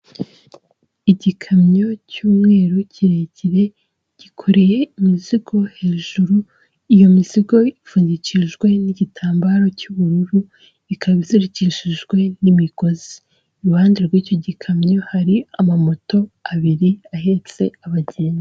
Igikamyo cy'umweru kirekire gikoreye imizigo hejuru, iyo mizigo ipfundikijwe n'igitambaro cy'ubururu ikaba izirikishijwe n'imigozi, iruhande rw'icyo gikamyo hari ama moto abiri ahetse abagenzi.